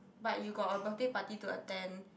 but you got a birthday party to attend